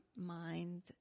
mind